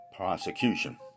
Prosecution